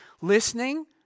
listening